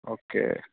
okay